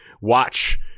watch